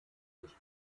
durch